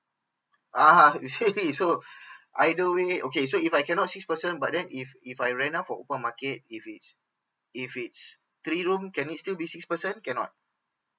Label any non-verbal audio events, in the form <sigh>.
ah <laughs> you see so either way okay so if I cannot six person but then if if I rent out from open market if it's if it's three room can it still be six person cannot